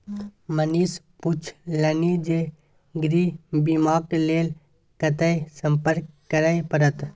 मनीष पुछलनि जे गृह बीमाक लेल कतय संपर्क करय परत?